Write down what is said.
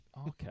Okay